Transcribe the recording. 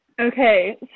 Okay